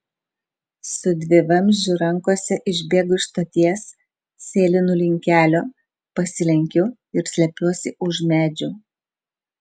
su dvivamzdžiu rankose išbėgu iš stoties sėlinu link kelio pasilenkiu ir slepiuosi už medžių